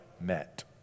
met